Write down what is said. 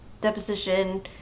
deposition